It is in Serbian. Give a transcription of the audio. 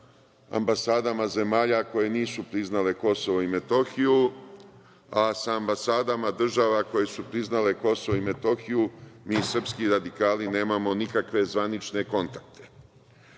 ambasadama zemalja koje nisu priznale Kosovo i Metohiju, a sa ambasadama država koje su priznale Kosovo i Metohiju mi srpski radikali nemamo nikakve zvanične kontakte. Ovo